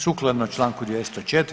Sukladno čl. 204.